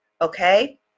Okay